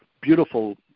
beautiful